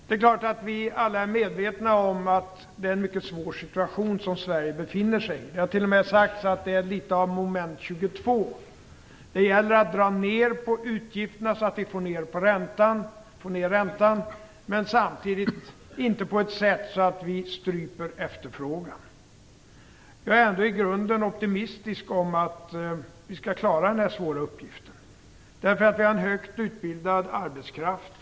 Det är klart att vi alla är medvetna om att det är en mycket svår situation som Sverige befinner sig i. Det har t.o.m. sagts att det är litet grand av moment 22. Det gäller att dra ner på utgifterna, så att vi får ned räntan. Samtidigt får man inte göra det på ett sådant sätt att efterfrågan stryps. Jag är ändå optimistisk om att vi skall klara den svåra uppgiften. Vi har en högt utbildad arbetskraft.